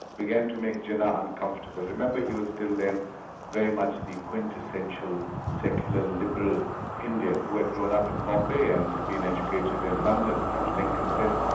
began to make jinnah uncomfortable. remember he was still then very much the quintessential secular liberal indian who had grown up in bombay and been educated in london at lincoln's inn.